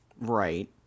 Right